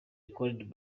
recorded